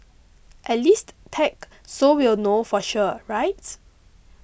at least tag so we'll know for sure right